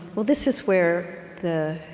well, this is where the